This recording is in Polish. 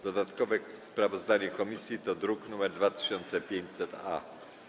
Dodatkowe sprawozdanie komisji to druk nr 2500-A.